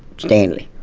stanley.